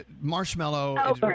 Marshmallow